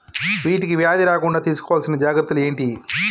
వీటికి వ్యాధి రాకుండా తీసుకోవాల్సిన జాగ్రత్తలు ఏంటియి?